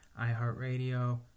iHeartRadio